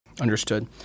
Understood